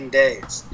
days